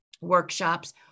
Workshops